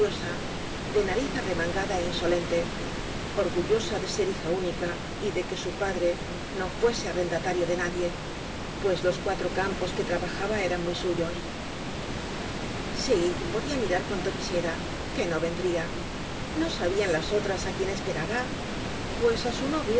de nariz arremangada é insolente orgullosa de ser hija única y de que su padre no fuese arrendatario de nadie pues los cuatro cam pos que tra bajaba eran muy suyos sí podía mirar cuanto quisiera que no ven dría no sabían las otras á quién esperaba pues á su novio